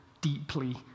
deeply